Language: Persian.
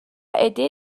عدهای